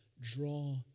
draw